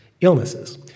illnesses